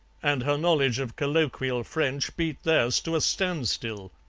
and her knowledge of colloquial french beat theirs to a standstill.